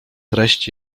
treść